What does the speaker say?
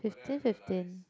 fifteen fifteen